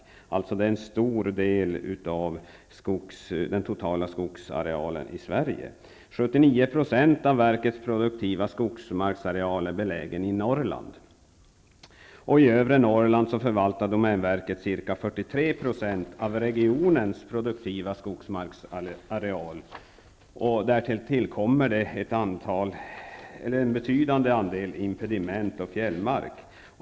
Det handlar alltså om en stor del av den totala skogsarealen i Sverige. Av verkets produktiva skogsmarksareal är 79 % I övre Norrland förvaltar domänverket ca 43 % av regionens produktiva skogsmarksareal, och därtill kommer en betydande andel impediment och fjällmark.